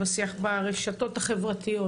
בשיח ברשתות החברתיות,